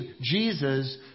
Jesus